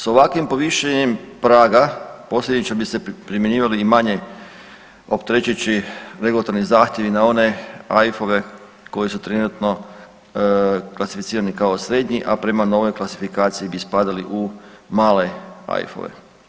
S ovakvim povišenjem praga posljedično bi se primjenjivali i manje opterečujići regulatorni zahtjevi i na one AIF-ove koji su trenutno klasificirani kao srednji, a prema novoj klasifikaciji bi spadali u male AIF-ove.